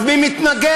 אז מי מתנגד?